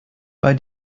bei